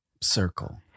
circle